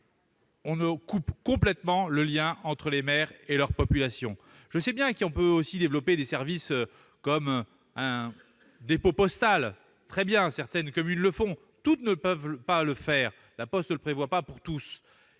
on coupe complètement le lien entre les maires et leur population. Je sais que l'on peut aussi développer des services comme le dépôt postal. Très bien ! Certaines communes le font, mais La Poste ne le prévoit pas pour toutes.